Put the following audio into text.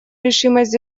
решимость